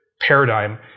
paradigm